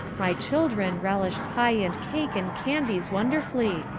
my children relish pie and cake and candies wonderfully,